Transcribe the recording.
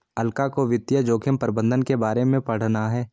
अलका को वित्तीय जोखिम प्रबंधन के बारे में पढ़ना है